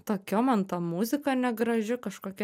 tokia man ta muzika negraži kažkokia